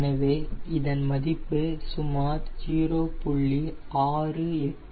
எனவே இதன் மதிப்பு சுமார் 0